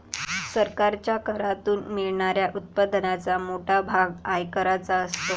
सरकारच्या करातून मिळणाऱ्या उत्पन्नाचा मोठा भाग आयकराचा असतो